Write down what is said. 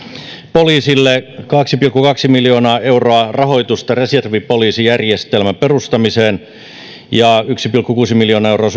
poliisille on kaksi pilkku kaksi miljoonaa euroa rahoitusta reservipoliisijärjestelmän perustamiseen ja suojelupoliisin toimitilahankkeisiin on yksi pilkku kuusi miljoonaa euroa